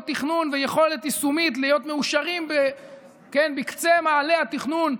תכנון ויכולת יישומית להיות מאושרות בקצה מעלה התכנון,